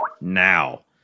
now